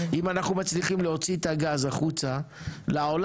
אם אנחנו מצליחים להוציא את הגז החוצה לעולם,